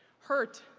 hurt,